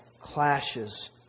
clashes